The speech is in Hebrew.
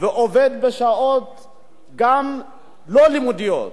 ועובד בשעות, גם לא לימודיות,